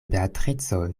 beatrico